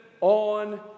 on